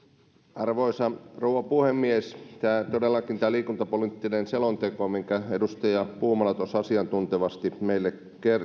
arvoisa rouva puhemies tämä liikuntapoliittinen selonteko minkä edustaja puumala asiantuntevasti meille